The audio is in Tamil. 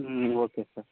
ம் ஓகே சார்